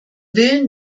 willen